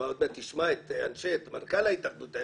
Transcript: תשמע את מנכ"ל ההתאחדות,